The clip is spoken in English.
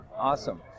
Awesome